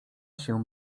się